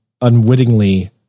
unwittingly